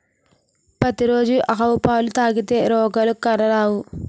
పతి రోజు ఆవు పాలు తాగితే రోగాలు కానరావు